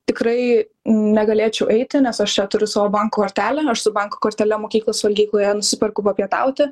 tikrai negalėčiau eiti nes aš čia turiu savo banko kortelę aš su banko kortele mokyklos valgykloje nusiperku papietauti